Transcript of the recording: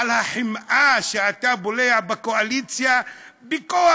על החמאה שאתה בולע בקואליציה בכוח.